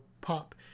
pop